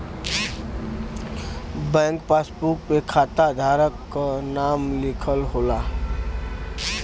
bank passbook पे खाता धारक क नाम लिखल होला